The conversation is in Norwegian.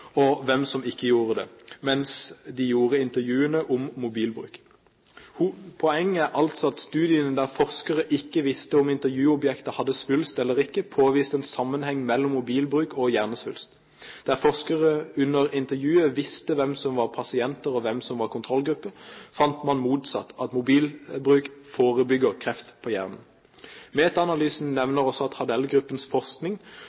og hvem som ikke gjorde det, mens de gjorde intervjuene om mobilbruk. Poenget er altså at studiene der forskerne ikke visste om intervjuobjektene hadde svulst eller ikke, påviste en sammenheng mellom mobilbruk og hjernesvulst. Der forskerne under intervjuene visste hvem som var pasienter, og hvem som var kontrollgruppe, fant man det motsatte: at mobilbruk forebygger kreft på hjernen. Meta-analysen nevner også at Hardell-gruppens forskning,